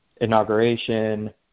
inauguration